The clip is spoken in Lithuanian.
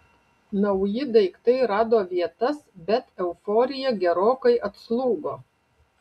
nauji daiktai rado vietas bet euforija gerokai atslūgo